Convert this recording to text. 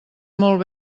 molt